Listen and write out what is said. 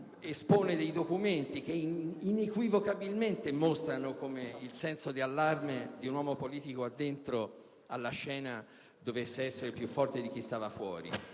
alcuni documenti che inequivocabilmente mostrano come il senso di allarme di un uomo politico addentro alla scena dovesse essere più forte di quello di chi stava fuori.